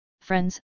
friends